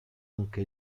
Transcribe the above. anche